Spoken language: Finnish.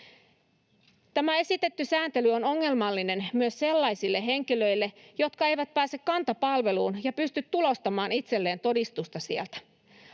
Tämä esitetty sääntely on ongelmallinen myös sellaisille henkilöille, jotka eivät pääse Kanta-palveluun ja pysty tulostamaan itselleen todistusta sieltä.